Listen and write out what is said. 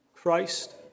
Christ